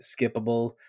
skippable